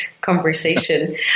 conversation